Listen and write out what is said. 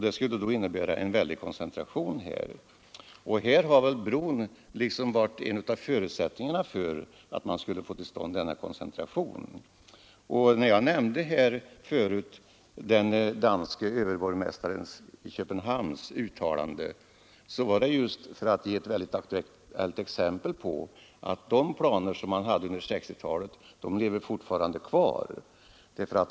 Det skulle innebära en väldig koncentration, och bron har varit en av förutsättningarna för att man skulle få till stånd denna koncentration. När jag tidigare nämnde uttalandet av överborgmästaren i Köpenhamn gjorde jag det just för att ge ett mycket aktuellt exempel på att de planer som fanns under 1960-talet fortfarande lever kvar.